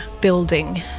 building